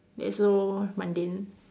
that's so mundane